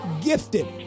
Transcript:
gifted